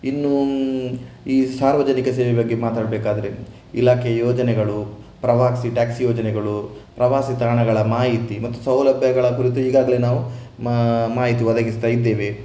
ಇನ್ನು ಈ ಸಾರ್ವಜನಿಕ ಸೇವೆ ಬಗ್ಗೆ ಮಾತಾಡಬೇಕಾದ್ರೆ ಇಲಾಖೆ ಯೋಜನೆಗಳು ಪ್ರವಾಸಿ ಟ್ಯಾಕ್ಸಿ ಯೋಜನೆಗಳು ಪ್ರವಾಸಿ ತಾಣಗಳ ಮಾಹಿತಿ ಮತ್ತು ಸೌಲಭ್ಯಗಳ ಕುರಿತು ಈಗಾಗಲೇ ನಾವು ಮ ಮಾಹಿತಿ ಒದಗಿಸ್ತಾ ಇದ್ದೇವೆ